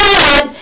God